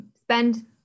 spend